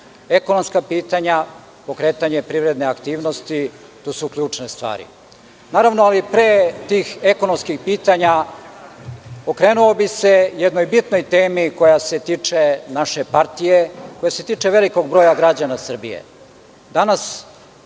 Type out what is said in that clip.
Ekonomska pitanja, pokretanje privredne aktivnosti, to su ključne stvari. Naravno, ali pre tih ekonomskih pitanja okrenuo bih se jednoj bitnoj temi koja se tiče naše partije, koji se tiče velikog broja građana Srbije. Danas